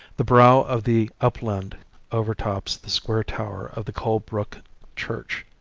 the brow of the upland overtops the square tower of the colebrook church.